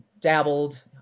dabbled